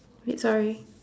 wait sorry